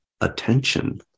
attention